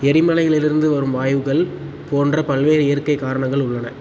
எரிமலையிலிருந்து வரும் வாயுக்கள் போன்ற பல்வேறு இயற்கைக் காரணங்கள் உள்ளன